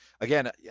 Again